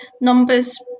numbers